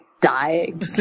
dying